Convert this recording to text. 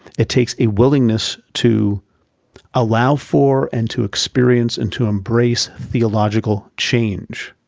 it takes a willingness to allow for and to experience and to embrace theological change.